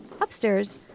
Upstairs